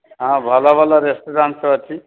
ହଁ ଭଲ ଭଲ ରେଷ୍ଟୁରାଣ୍ଟ୍ ଅଛି